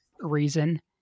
reason